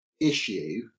issue